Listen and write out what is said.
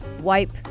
wipe